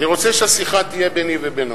אני רוצה שהשיחה תהיה ביני ובינו,